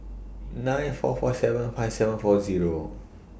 nine four four seven five seven four Zero